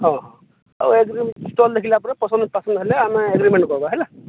ହଁ ହଁ ଆଉ ଷ୍ଟଲ୍ ଦେଖିଲା ପରେ ପସନ୍ଦ ପସନ୍ଦ ହେଲେ ଆମେ ଆଗ୍ରିମେଣ୍ଟ୍ କରିବା ହେଲା